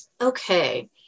Okay